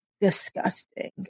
disgusting